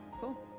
Cool